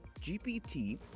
GPT